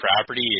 property